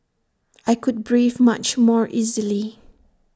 I could breathe much more easily